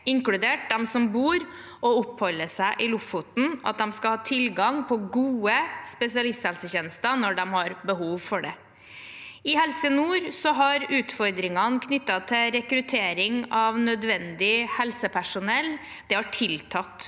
inkludert dem som bor og oppholder seg i Lofoten, og at de skal ha tilgang på gode spesialisthelsetjenester når de har behov for det. I Helse Nord har utfordringene knyttet til rekruttering av nødvendig helsepersonell tiltatt.